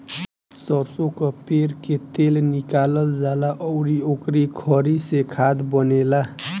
सरसो कअ पेर के तेल निकालल जाला अउरी ओकरी खरी से खाद बनेला